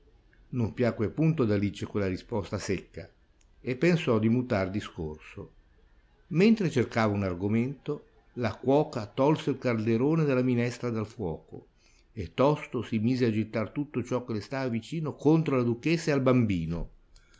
non piacque punto ad alice quella risposta secca e pensò di mutar discorso mentre cercava un argomento la cuoca tolse il calderone della minestra dal fuoco e tosto si mise a gittar tutto ciò che le stava vicino contro alla duchessa ed al bambino pria